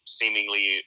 seemingly